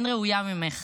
אין ראויה ממך,